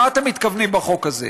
למה אתם מתכוונים בחוק הזה?